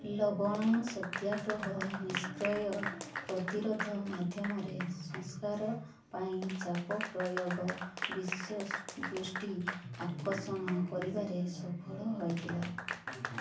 ଲବଣ ସତ୍ୟାଗ୍ରହ ନିଷ୍କ୍ରିୟ ପ୍ରତିରୋଧ ମାଧ୍ୟମରେ ସଂସ୍କାର ପାଇଁ ଚାପ ପ୍ରୟୋଗ ବିଶ୍ୱ ଦୃଷ୍ଟି ଆକର୍ଷଣ କରିବାରେ ସଫଳ ହୋଇଥିଲା